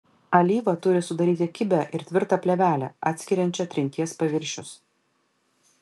alyva turi sudaryti kibią ir tvirtą plėvelę atskiriančią trinties paviršius